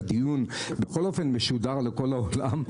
הדיון בכל אופן משודר לכל העולם,